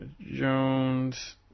Jones